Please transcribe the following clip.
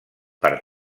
per